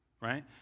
right